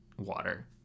water